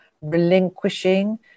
relinquishing